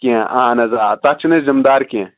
کینٛہہ اہن حظ آ تتھ چھنہٕ أسۍ ذمہٕ دار کینٛہہ